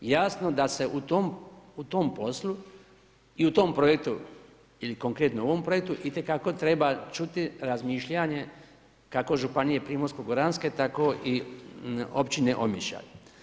I jasno da se u tom poslu i u tom projektu ili konkretno u ovom projektu, itekako treba čuti razmišljanje kako županije Primorsko goranske, tako i općine Omišalj.